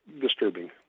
disturbing